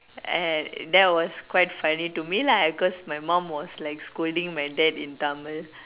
and that was quite funny to me lah because my mom was like scolding my dad in Tamil